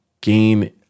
gain